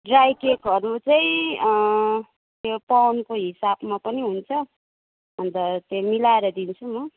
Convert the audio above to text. dry केकहरू चाहिँ त्यो पाउन्डको हिसाबमा पनि हुन्छ अन्त त्यो मिलाएर दिन्छु म